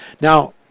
now